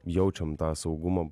jaučiam tą saugumo